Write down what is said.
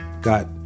got